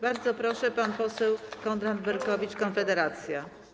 Bardzo proszę, pan poseł Konrad Berkowicz, Konfederacja.